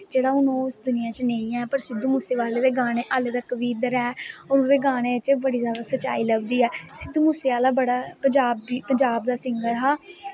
जेह्ड़ा ओह् इस दुनियां पर नेंई ऐ पर सिध्दू मूसे वाले दा गाने हलें बी इध्दर ऐ ओह्दे गानें च बड़ी जादा सच्चाई लभदी ऐ सिध्दू मूसे वाले बड़ा पंजाब दा सिंगर हा